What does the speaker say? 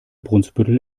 brunsbüttel